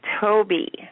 toby